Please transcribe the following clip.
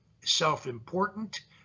self-important